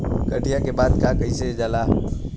कटिया के बाद का कइल जाला?